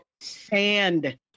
sand